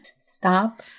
Stop